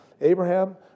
Abraham